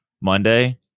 Monday